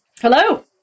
Hello